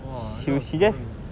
!wah! a lot of problem leh